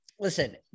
Listen